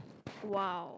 !wow!